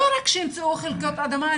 לא רק שימצאו חלקות אדמה.